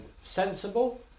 sensible